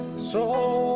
so